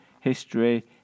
history